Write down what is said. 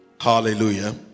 Hallelujah